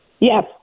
Yes